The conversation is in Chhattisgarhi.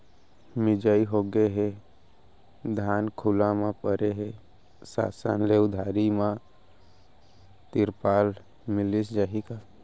मिंजाई होगे हे, धान खुला म परे हे, शासन ले उधारी म तिरपाल मिलिस जाही का?